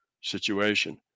situation